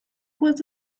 with